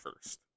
first